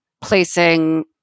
placing